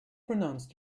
pronounced